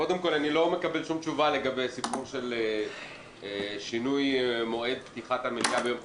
לא מקבל שום תשובה לגבי שינוי מועד פתיחת המליאה ביום חמישי.